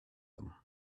them